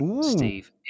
Steve